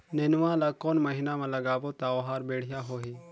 नेनुआ ला कोन महीना मा लगाबो ता ओहार बेडिया होही?